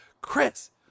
Chris